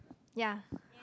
ya